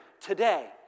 today